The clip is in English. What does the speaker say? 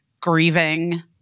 grieving